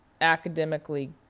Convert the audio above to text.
academically